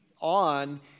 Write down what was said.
on